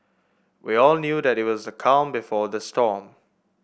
we all knew that it was the calm before the storm